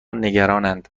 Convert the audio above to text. نگرانند